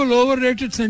overrated